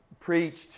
preached